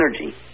energy